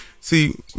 see